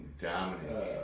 Dominant